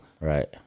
Right